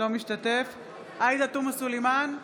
בהצבעה עאידה תומא סלימאן,